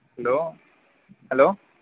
hello hello